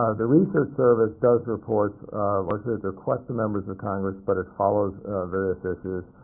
ah the research service does reports largely at the request of members of congress, but it follows various issues.